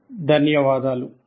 చాలా ధన్యవాదాలు